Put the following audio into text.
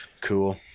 Cool